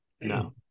No